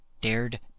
dared